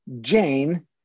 Jane